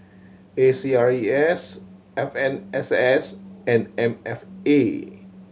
A C R E S F M S S and M F A